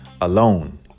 alone